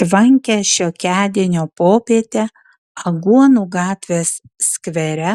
tvankią šiokiadienio popietę aguonų gatvės skvere